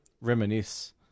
reminisce